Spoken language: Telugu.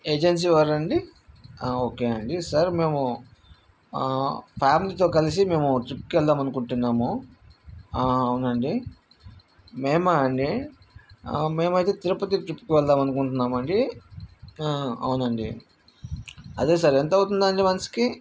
ఏజెన్సీ వారండి ఆ ఓకే అండి సార్ మేము ఫ్యామిలీతో కలిసి మేము ట్రిప్కి వెళ్దాం అనుకుంటున్నాము అవునండి మేమా అండి మేమైతే తిరుపతి ట్రిప్కి వెళ్దాం అనుకుంటున్నామండి అవునండి అదే సార్ ఎంత అవుతుంది అండి వన్స్కి